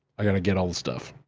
i gotta get all the stuff.